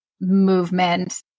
movement